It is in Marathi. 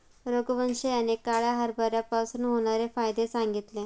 रघुवंश यांनी काळ्या हरभऱ्यापासून होणारे फायदे सांगितले